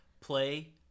play